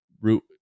root